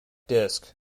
disc